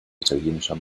italienischer